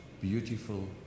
beautiful